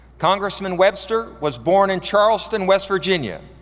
congressman webster was born in charleston, west virginia,